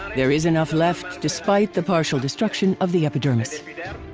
there is enough left despite the partial destruction of the epidermis.